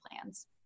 plans